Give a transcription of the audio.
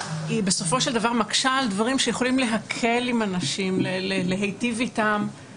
בסופו של דבר היא מקשה על דברים שיכולים להקל עם אנשים ולהיטיב איתם.